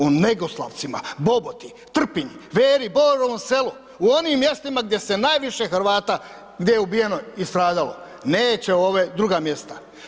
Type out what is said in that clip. U Negoslavcima Boboti, Trpinj, Borovom Selu, u onim mjestima gdje se najviše Hrvata, gdje je ubijeno i stradalo, neće u ove druga mjesta.